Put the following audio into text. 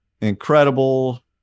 incredible